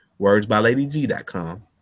wordsbyladyg.com